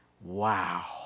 wow